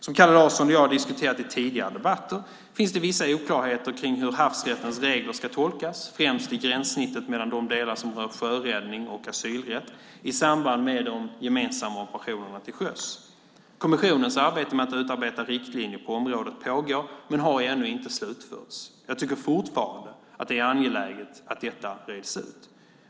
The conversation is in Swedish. Som Kalle Larsson och jag har diskuterat i tidigare debatter finns det vissa oklarheter kring hur havsrättens regler ska tolkas, främst i gränssnittet mellan de delar som rör sjöräddning och asylrätt i samband med de gemensamma operationerna till sjöss. Kommissionens arbete med att utarbeta riktlinjer på området pågår men har ännu inte slutförts. Jag tycker fortfarande att det är angeläget att detta reds ut.